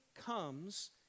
comes